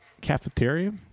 cafeteria